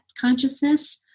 consciousness